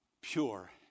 pure